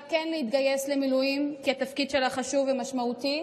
להתגייס למילואים כי התפקיד שלה חשוב ומשמעותי.